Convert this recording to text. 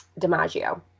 DiMaggio